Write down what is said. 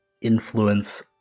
influence